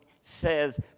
says